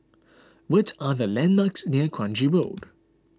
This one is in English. what are the landmarks near Kranji Road